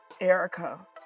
Erica